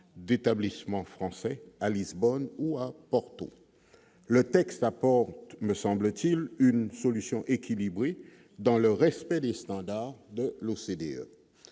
d'établissements français à Lisbonne ou à Porto, le texte a pas me semble-t-il, une solution équilibrée dans le respect des standards de l'OCDE,